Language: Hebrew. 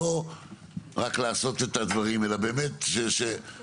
בסוף